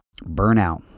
Burnout